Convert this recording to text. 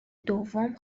دوم